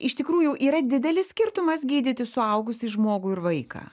iš tikrųjų yra didelis skirtumas gydyti suaugusį žmogų ir vaiką